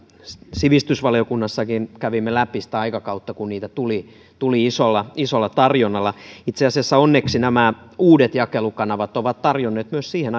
sivistysvaliokunnassakin kävimme läpi sitä aikakautta kun niitä tuli tuli isolla isolla tarjonnalla itse asiassa nämä uudet jakelukanavat ovat onneksi tarjonneet myös siihen